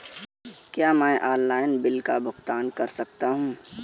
क्या मैं online bill का भुगतान कर सकता हूँ?